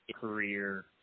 career